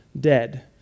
dead